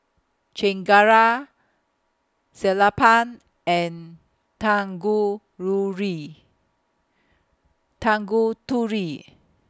Chengara Sellapan and Tangururi Tanguturi